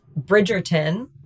Bridgerton